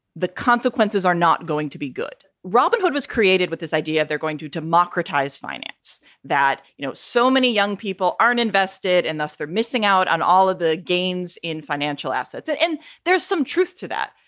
the consequences are not going to be good. robin hood was created with this idea that they're going to democratize finance, that, you know, so many young people aren't invested and thus they're missing out on all of the gains in financial assets. and and there's some truth to that.